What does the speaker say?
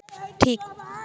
ᱴᱷᱤᱠ